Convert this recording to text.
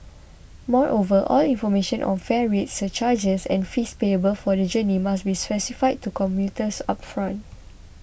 moreover all information on fare rates surcharges and fees payable for the journey must be specified to commuters upfront